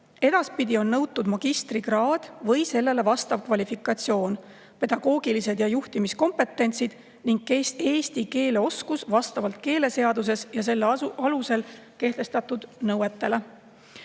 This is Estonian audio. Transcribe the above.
Edaspidi on nõutud magistrikraad või sellele vastav kvalifikatsioon, pedagoogilised ja juhtimiskompetentsid ning eesti keele oskus vastavalt keeleseaduses ja selle alusel kehtestatud nõuetele.